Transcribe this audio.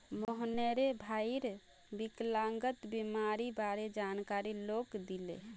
रोहनेर भईर विकलांगता बीमारीर बारे जानकारी लोगक दीले